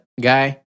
guy